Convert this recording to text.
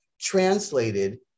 translated